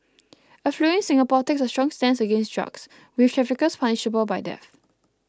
affluent Singapore takes a strong stance against drugs with traffickers punishable by death